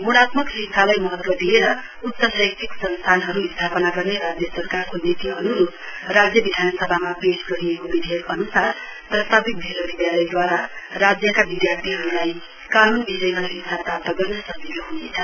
ग्णात्मक शिक्षालाई महत्व दिएर उच्च शैक्षिक संस्थानहरू गर्ने राज्य सरकारको नीति अन्रूप राज्य विधानसभामा पेश गरिएको विधेयक अन्सार प्रस्तावित विश्वविधलयद्वारा राज्यका विधार्थीहरूलाई कानून विषयमा शिक्षा प्राप्त गर्न सजिलो ह्नेछ